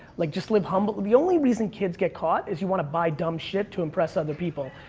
like just live humble. the only reason kids get caught is you wanna buy dumb shit to impress other people.